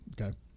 Okay